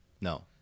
No